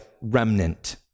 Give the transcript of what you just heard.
remnant